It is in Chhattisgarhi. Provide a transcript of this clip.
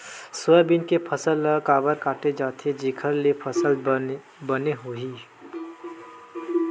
सोयाबीन के फसल ल काबर काटे जाथे जेखर ले फसल बने होही?